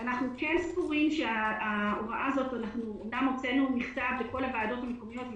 אנחנו אמנם הוצאנו מכתב לכל הוועדות המקומיות,